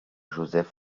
joseph